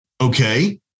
Okay